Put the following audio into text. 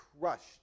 crushed